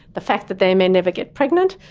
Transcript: the fact that they may never get pregnant.